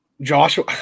Joshua